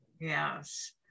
Yes